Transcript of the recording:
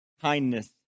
Kindness